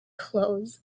clothes